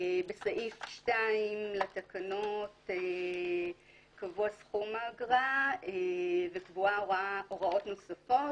בסעיף 2 לתקנות קבוע סכום האגרה וקבועות הוראות נוספות.